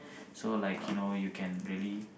so like you know you can really